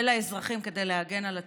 ולאזרחים כדי להגן על עצמם,